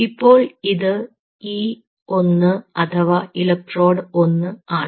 ഇപ്പോൾ ഇത് ഈ വൺ അഥവാ ഇലക്ട്രോഡ് 1 ആണ്